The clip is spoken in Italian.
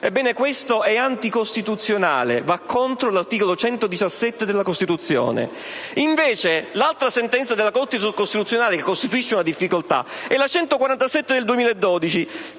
Ebbene, questa previsione è anticostituzionale, perché va contro l'articolo 117 della Costituzione. L'altra sentenza della Corte costituzionale che costituisce una difficoltà è la n. 147 del 2012,